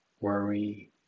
worry